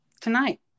tonight